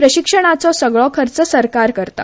प्रशिक्षणाचो सगळो खर्च सरकार करता